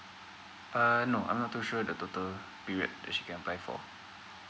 uh no I'm not too sure the total period which she can apply for